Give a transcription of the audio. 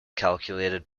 calculated